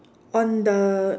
on the